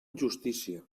injustícia